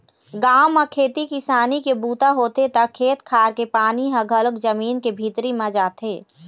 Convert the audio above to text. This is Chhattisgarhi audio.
गाँव म खेती किसानी के बूता होथे त खेत खार के पानी ह घलोक जमीन के भीतरी म जाथे